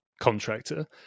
contractor